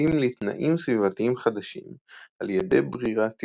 מסתגלים לתנאים סביבתיים חדשים על ידי ברירה טבעית.